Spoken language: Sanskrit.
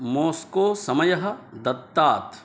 मोस्को समयः दत्तात्